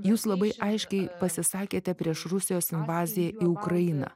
jūs labai aiškiai pasisakėte prieš rusijos invaziją į ukrainą